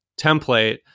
template